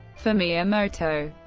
for miyamoto,